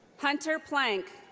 hunter plank.